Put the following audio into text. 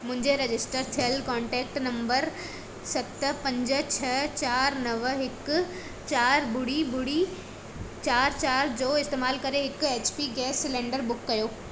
मुंहिंजे रजिस्टर थियल contact number सत पंज छह चारि नव हिकु चारि ॿुड़ी ॿुड़ी चारि चारि जो इस्तैमाल करे हिकु H P gas cylinder book कयो